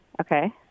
Okay